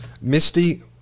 Misty